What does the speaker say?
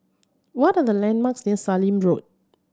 what are the landmarks near Sallim Road